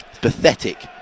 pathetic